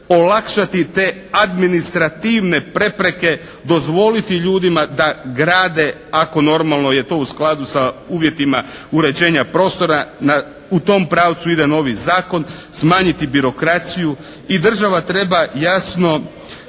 olakšati te administrativne prepreke, dozvoliti ljudima da grade ako normalno je to u skladu sa uvjetima uređenja prostora, u tom pravcu ide novi zakon, smanjiti birokraciju. I država treba jasno